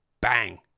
Bang